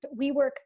WeWork